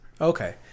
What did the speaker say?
Okay